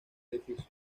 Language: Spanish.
edificio